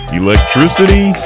electricity